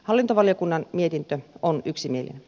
hallintovaliokunnan mietintö on yksimielinen